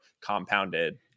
compounded